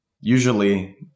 Usually